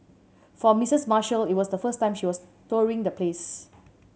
for Missis Marshall it was the first time she was touring the place